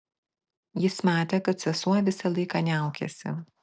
jis matė kad sesuo visą laiką niaukėsi